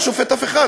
אני לא שופט אף אחד,